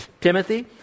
Timothy